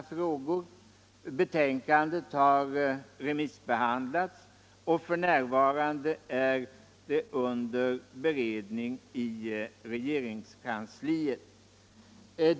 Den utredningens betänkande har remissbehandlats och är f. n. under beredning i regeringens kansli.